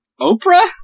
Oprah